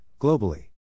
globally